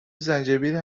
زنجبیل